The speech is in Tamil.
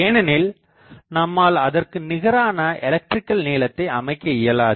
ஏனெனில் நம்மால் அதற்கு நிகரான எலக்ட்ரிக்கல் நீளத்தை அமைக்க இயலாது